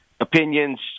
opinions